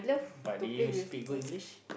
but did you speak good English